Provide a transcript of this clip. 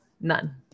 none